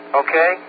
okay